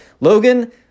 Logan